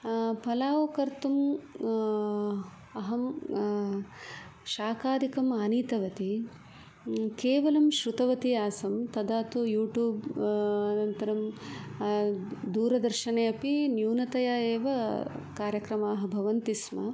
फलाव् कर्तुं अहं शाखाधिकम् आनीतवती केवलं श्रुतवती आसम् तदा तु यूटूब् अनन्तरं दूरदर्शने अपि न्यूनतया एव कार्यक्रमाः भवन्ति स्म